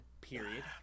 Period